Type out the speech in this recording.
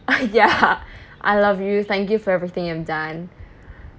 uh ya I love you thank you for everything you've done